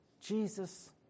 Jesus